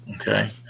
Okay